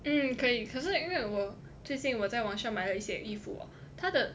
嗯可以可是因为我最近我在网上买了一些衣服啊她的